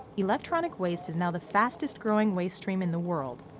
electronicwaste is now the fastest-growing waste stream in the world.